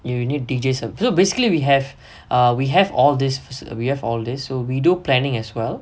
you need D_J so basically we have uh we have all these we have all these so we do planning as well